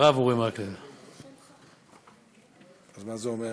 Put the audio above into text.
אני תומך בהתלהבות בהצעת החוק הזאת.